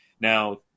Now